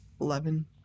Eleven